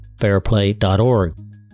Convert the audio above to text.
fairplay.org